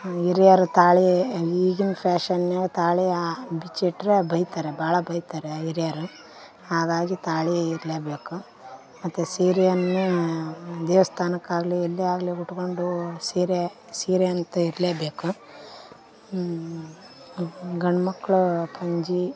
ಹಿರಿಯರು ತಾಳಿ ಈಗಿನ ಫ್ಯಾಶನ್ನಾವ ತಾಳಿ ಬಿಚ್ಚಿಟ್ಟರೆ ಬೈತಾರೆ ಭಾಳ ಬೈತಾರೆ ಹಿರಿಯರು ಹಾಗಾಗಿ ತಾಳಿ ಇರಲೇಬೇಕು ಮತ್ತು ಸೀರೆಯನ್ನು ದೇವಸ್ಥಾನಕ್ಕಾಗ್ಲಿ ಎಲ್ಲೆ ಆಗಲಿ ಉಟ್ಕೊಂಡು ಸೀರೆ ಸೀರೆಯಂತು ಇರಲೇಬೇಕು ಗಂಡು ಮಕ್ಕಳು ಪಂಚೆ